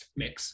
mix